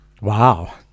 Wow